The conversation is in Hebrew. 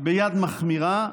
ביד מחמירה,